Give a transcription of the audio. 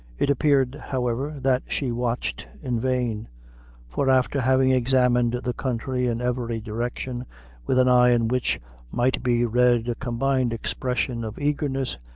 it appeared, however, that she watched in vain for after having examined the country in every direction with an eye in which might be read a combined expression of eagerness,